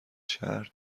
شهر